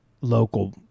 local